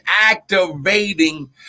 activating